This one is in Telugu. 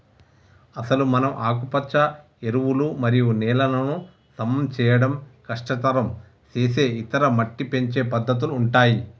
అసలు మనం ఆకుపచ్చ ఎరువులు మరియు నేలలను సమం చేయడం కష్టతరం సేసే ఇతర మట్టి పెంచే పద్దతుల ఉంటాయి